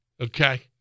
okay